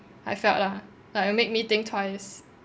I felt lah like it'll make me think twice